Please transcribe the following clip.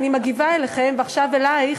אני מגיבה אליכם, ועכשיו אלייך.